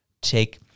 take